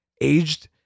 aged